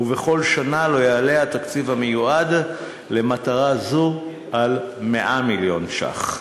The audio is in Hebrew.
ובכל שנה לא יעלה התקציב המיועד למטרה זו על 100 מיליון שקלים.